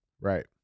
right